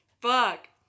fuck